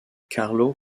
carlo